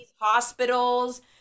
hospitals